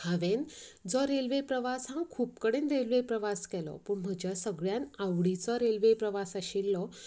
हांवेन जो रेल्वे प्रवास हांव खूब कडेन रेल्वे प्रवास केलो पूण म्हज्या सगळ्यांत आवडीचो रेल्वे प्रवास आशिल्लो